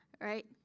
right